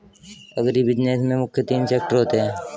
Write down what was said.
agribusiness में मुख्य तीन सेक्टर होते है